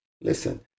Listen